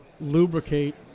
lubricate